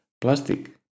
Plastic